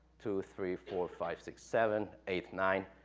two, three, four, five, six, seven, eight, nine,